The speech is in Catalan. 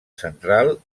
central